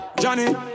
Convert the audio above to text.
Johnny